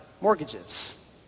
mortgages